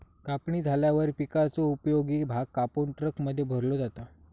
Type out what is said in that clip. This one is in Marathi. कापणी झाल्यावर पिकाचो उपयोगी भाग कापून ट्रकमध्ये भरलो जाता